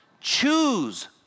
choose